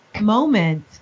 moment